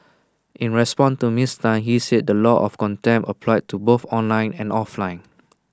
in response to miss Tan he said the law of contempt applied to both online and offline